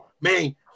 man